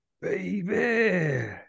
baby